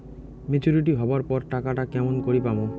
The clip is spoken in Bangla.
মেচুরিটি হবার পর টাকাটা কেমন করি পামু?